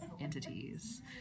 entities